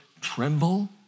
tremble